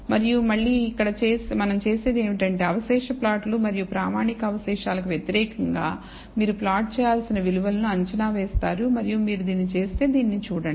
మరియు మళ్ళీ ఇక్కడ మనం చేసేది ఏమిటంటే అవశేష ప్లాట్లు మరియు ప్రామాణిక అవశేషాలకు వ్యతిరేకంగా మీరు ప్లాట్ చేయాల్సిన విలువలను అంచనా వేస్తారు మరియు మీరు దీన్ని చేస్తే దీనిని చూడండి